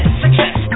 success